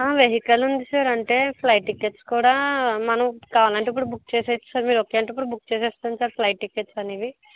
vehicle ఉంది sir అంటే flight tickets కూడా మనం కావాలంటే ఇప్పుడు బుక్ చేసేయచ్చు సర్ మీరు ఓకే అంటే ఇప్పుడు బుక్ చేసేస్తాను సర్ ఫ్లైట్ టికెట్స్ అనేవి